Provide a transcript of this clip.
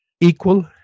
equal